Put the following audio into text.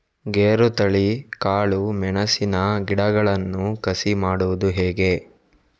ಗೇರುತಳಿ, ಕಾಳು ಮೆಣಸಿನ ಗಿಡಗಳನ್ನು ಕಸಿ ಮಾಡುವುದು ಹೇಗೆ?